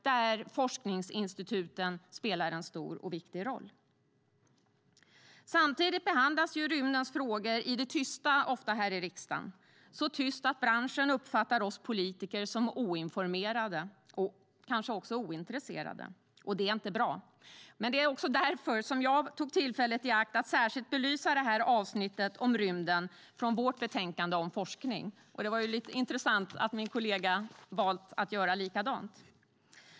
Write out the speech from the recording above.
Där spelar forskningsinstituten en stor och viktig roll. Samtidigt behandlas rymdfrågorna ofta i det tysta här i riksdagen, så tyst att branschen uppfattar oss politiker som oinformerade och kanske också ointresserade. Det är inte bra. Det var därför som jag tog tillfället i akt att särskilt belysa avsnittet om rymden från vårt betänkande om forskning, och det är lite intressant att min kollega valt att göra likadant.